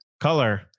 Color